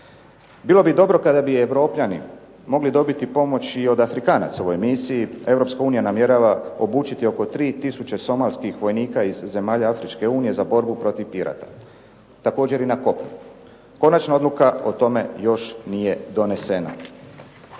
Bilo bi dobro kada bi Europljani mogli dobiti pomoć i od Afrikanaca u ovoj misiji, Europska unija namjerava obučiti oko 3 tisuće somalskih vojnika iz zemalja afričke unije za borbu protiv pirata. Također i na kopnu. Konačna odluka o tome još nije donesena.